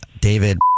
David